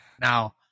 now